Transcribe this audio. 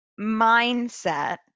mindset